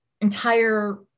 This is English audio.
entire